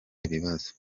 ibibazo